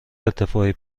ارتفاعی